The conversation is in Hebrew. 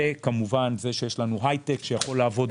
וכמובן זה שיש לנו הייטק שיכול לעבוד